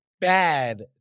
bad